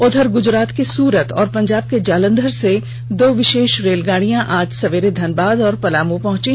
उधर ग्जरात के सूरत और पंजाब के जालंधर से दो विषेष रेलगाड़ी आज सवेरे धनबाद और पलामू पहची